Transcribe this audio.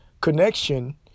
connection